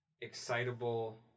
excitable